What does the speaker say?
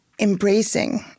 embracing